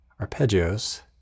arpeggios